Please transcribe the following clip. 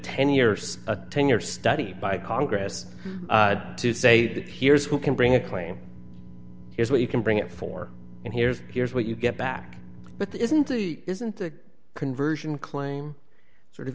ten years a ten year study by congress to say here's who can bring a claim here's what you can bring it for and here's here's what you get back but this isn't isn't a conversion claim sort of